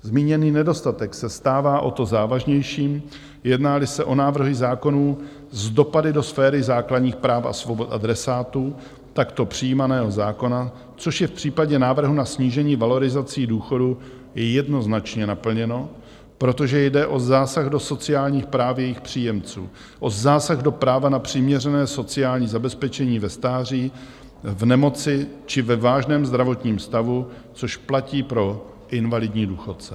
Zmíněný nedostatek se stává o to závažnějším, jednáli se o návrhy zákonů s dopady do sféry základních práv a svobod adresátů takto přijímaného zákona, což je v případě návrhu na snížení valorizací důchodů jednoznačně naplněno, protože jde o zásah do sociálních práv jejich příjemců, o zásah do práva na přiměřené sociální zabezpečení ve stáří, v nemoci či ve vážném zdravotním stavu, což platí pro invalidní důchodce.